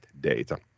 data